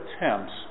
attempts